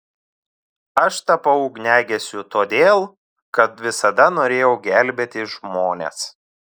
aš tapau ugniagesiu todėl kad visada norėjau gelbėti žmones